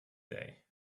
day